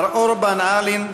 מר אורבן אהלין,